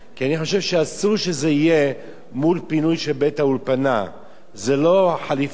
כי אני חושב שאסור שזה יהיה מול פינוי של האולפנה זה חליפתך,